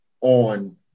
on